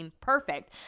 perfect